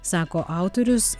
sako autorius